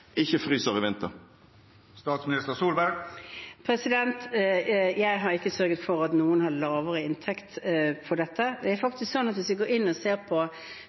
ikke fryser i vinter? Jeg har ikke sørget for at noen har lavere inntekt. Det er faktisk sånn at hvis man går inn og ser på